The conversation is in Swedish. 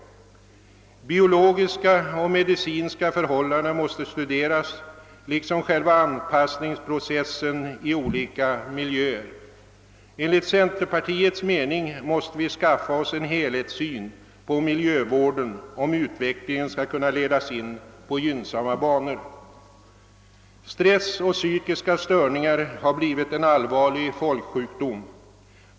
Biologiska och medicinska förhållanden måste studeras liksom själva anpassningsprocessen i olika miljöer. Enligt centerpartiets mening måste vi skaffa oss en helhetssyn på miljövården, om utvecklingen skall kunna ledas in på gynnsamma banor. Stress och psykiska störningar har blivit en allvarlig folksjukdom.